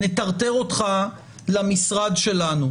נטרטר אותך למשרד שלנו.